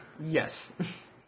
Yes